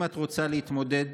אם את רוצה להתמודד